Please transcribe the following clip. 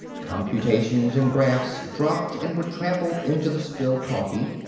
computations and graphs dropped and were trampled into the spilled coffee.